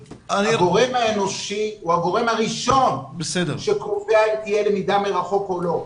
הגורם האנושי הוא הגורם הראשון שקובע אם תהיה למידה מרחוק או לא.